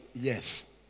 yes